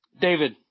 David